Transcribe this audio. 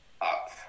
up